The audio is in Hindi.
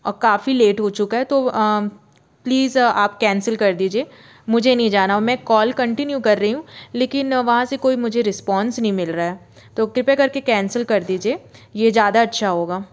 और काफ़ी लेट हो चुका है तो प्लीज़ आप कैंसिल कर दीजिए मुझे नहीं जाना और मैं कॉल कन्टिन्यू कर रही हुँ लेकिन वहाँ से कोई मुझे रिसपौंस नहीं मिल रहा है तो कृपया करके कैंसिल कर दीजिए यह ज़्यादा अच्छा होगा